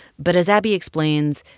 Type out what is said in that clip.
but as abby explains,